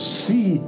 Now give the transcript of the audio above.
see